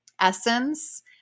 essence